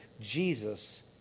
Jesus